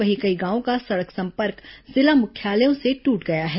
वहीं कई गांवों का सड़क संपर्क जिला मुख्यालयों से टूट गया है